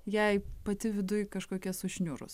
jei pati viduj kažkokia sušniurus